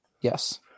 Yes